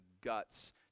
guts